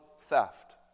theft